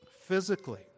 physically